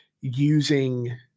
using